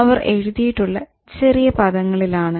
അവർ എഴുതിയിട്ടുള്ളത് ചെറിയ പദങ്ങളിലാണ്